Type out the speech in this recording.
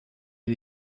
ele